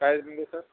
काय अजून घे सर